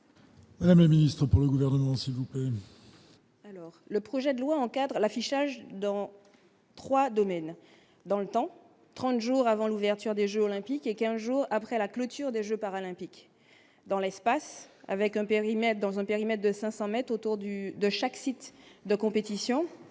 Madame le ministre, pour le gouvernement, s'il vous plaît. Alors le projet de loi encadre l'affichage dans 3 domaines dans le temps 30 jours avant l'ouverture des Jeux olympiques et 15 jours après la clôture des Jeux paralympiques, dans l'espace avec un périmètre dans un périmètre de 500 mètres autour du de chaque site de compétition